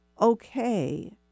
okay